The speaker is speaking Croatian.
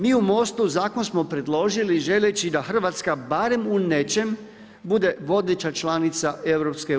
Mi u Most-u zakon smo predložili želeći da Hrvatska barem u nečem bude vodeća članica EU.